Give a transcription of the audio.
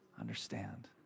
understand